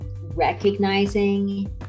recognizing